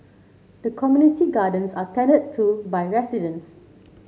the community gardens are tended to by residents